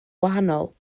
gwahanol